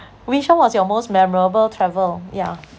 which one was your most memorable travel yeah